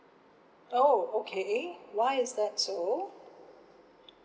oh okay why is that so